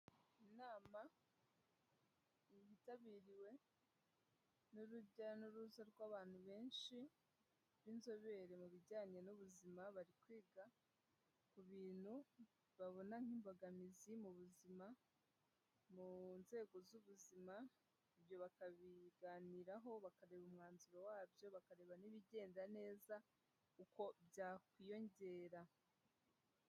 Inama yitabiriwe n'urujya n'uruza rw'abantu benshi, b'inzobere mu bijyanye n'ubuzima, bari kwiga ku bintu babona nk'imbogamizi mu buzima mu nzego z'ubuzima, ibyo bakabiganiraho, bakareba umwanzuro wabyo bakareba n'ibigenda neza, uko byakwiyongera.